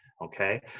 Okay